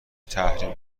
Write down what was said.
تحریم